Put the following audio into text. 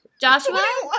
joshua